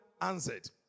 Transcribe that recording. answered